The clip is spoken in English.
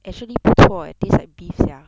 actually 不错 eh taste like beef sia